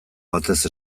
batez